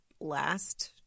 last